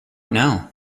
know